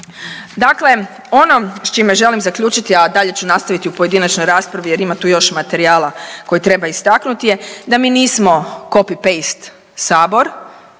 Dakle, ono s čime želim zaključiti, a dalje ću nastaviti u pojedinačnoj raspravi jer ima tu još materijala koji treba istaknuti je da mi nismo copy paste sabor